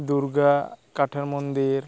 ᱫᱩᱨᱜᱟ ᱠᱟᱴᱷᱮᱨ ᱢᱚᱱᱫᱤᱨ